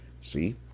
see